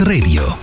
Radio